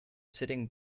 sitting